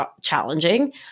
challenging